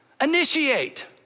initiate